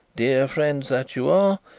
dear friends that you are,